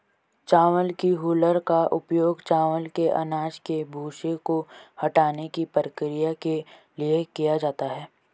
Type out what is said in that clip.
चावल की हूलर का उपयोग चावल के अनाज के भूसे को हटाने की प्रक्रिया के लिए किया जाता है